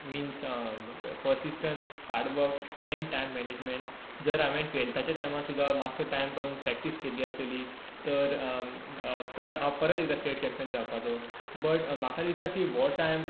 means persistence hard work and time management जर हांवें टुवेल्ताच्या टायमार सुद्दां मातसो टायम काडून प्रेक्टीस केल्ली आसलेली तर तर हांव परत एकदां स्टेट चँपीयन जावपाचो बट माका दिसता की हो टायम सो